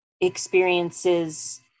experiences